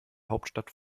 hauptstadt